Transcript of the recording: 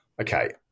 Okay